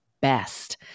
best